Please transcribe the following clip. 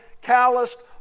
calloused